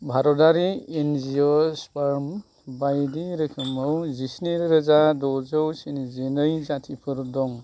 भारतारि एंजिय'स्पार्म बायदि रोखोमाव जिस्निरोजा द'जौ स्निजिनै जातिफोर दं